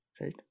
right